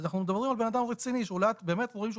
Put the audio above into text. אז אנחנו מדברים על בן אדם רציני שבאמת רואים שהוא